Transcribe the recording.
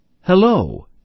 Hello